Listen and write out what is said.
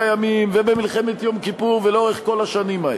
הימים ובמלחמת יום כיפור ולאורך כל השנים האלה.